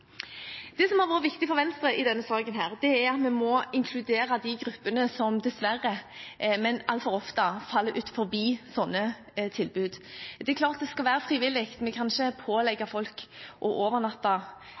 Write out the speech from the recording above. Det som har vært viktig for Venstre i denne saken, er at vi må inkludere de gruppene som dessverre altfor ofte faller utenfor slike tilbud. Det er klart det skal være frivillig – vi